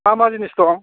मा मा जिनिस दं